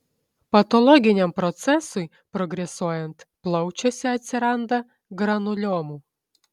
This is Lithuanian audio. patologiniam procesui progresuojant plaučiuose atsiranda granuliomų